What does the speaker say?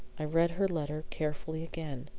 i read her letter carefully again,